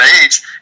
age